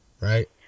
right